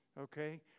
Okay